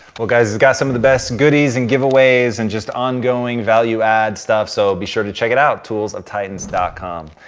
well guys he's got some of the best goodies and giveaways and just ongoing value add stuff so be sure to check it out. toolsoftitans com.